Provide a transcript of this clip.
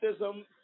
racism